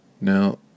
Now